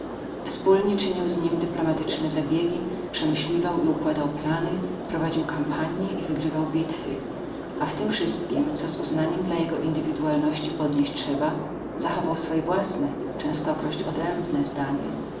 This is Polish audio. wspólnie czynił z nim dyplomatyczne zabiegi przemyśliwał i układał plany prowadził kampanie i wygrywał bitwy a w tym wszystkim co z uznaniem dla jego indywidualności podnieść trzeba zachował swoje własne częstokroć odrębne zdanie